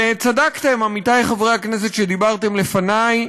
וצדקתם, עמיתי חברי הכנסת שדיברתם לפני.